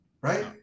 Right